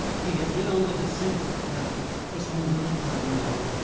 he had been on the descent of the path for some little time now,